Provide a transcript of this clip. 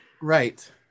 Right